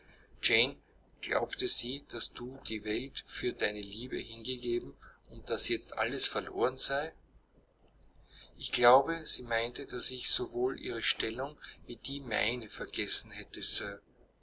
glaubte sie daß du die welt für deine liebe hingegeben und daß jetzt alles verloren sei ich glaube sie meinte daß ich sowohl ihre stellung wie die meine vergessen